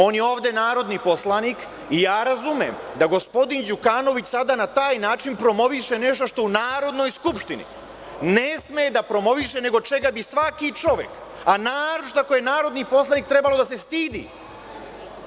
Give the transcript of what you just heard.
On je ovde narodni poslanik i razumem da gospodin Đukanović sada na taj način promoviše nešto što u Narodnoj skupštini ne sme da promoviše, nego čega bi svaki čovek, a naročito ako je narodni poslanik, trebao da se stidi.